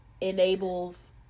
enables